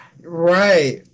right